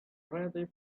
pretty